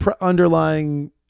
underlying